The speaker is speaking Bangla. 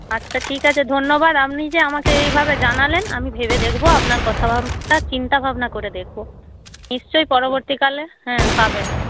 আচ্ছা ঠিক আছে ধন্যবাদ আপনি যে আমাকে এইভাবে জানালেন আমি ভেবে দেখবো আপনার কথা চিন্তা ভাবনা করে দেখবো নিশ্চই পরবর্তীকালে হ্যাঁ পাবেন